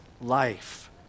life